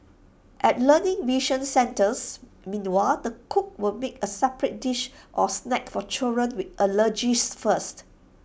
at learning vision centres meanwhile the cook will make A separate dish or snack for children with allergies first